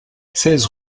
seize